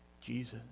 Jesus